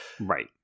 right